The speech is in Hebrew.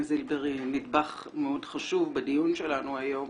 זילבר היא נדבך מאוד חשוב בדיון שלנו היום,